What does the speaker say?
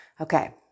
Okay